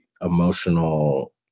emotional